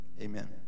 Amen